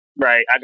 Right